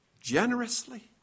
Generously